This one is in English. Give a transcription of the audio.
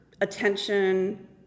attention